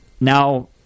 now